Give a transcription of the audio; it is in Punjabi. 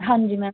ਹਾਂਜੀ ਮੈਂ